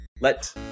Let